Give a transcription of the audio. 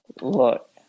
Look